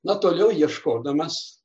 na toliau ieškodamas